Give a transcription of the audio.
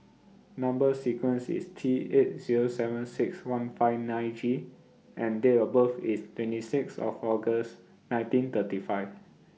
Number sequence IS T eight Zero seven six one five nine G and Date of birth IS twenty six of August nineteen thirty five